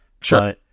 Sure